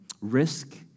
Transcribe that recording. risk